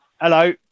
Hello